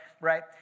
right